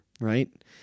right